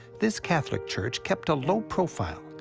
this catholic church kept a low profile,